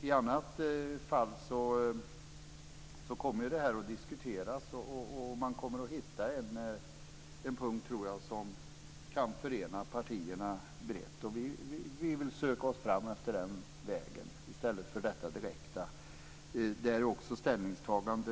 I annat fall kommer man i diskussionen att hitta en punkt där partierna kan förenas. Vi vill söka oss fram efter den vägen i stället för att ha ett direkt ställningstagande.